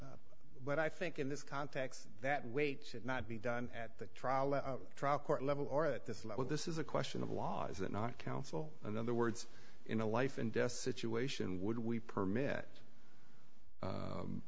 arrest but i think in this context that weight should not be done at the trial or trial court level or at this level this is a question of law is it not counsel in other words in a life and death situation would we permit